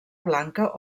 blanca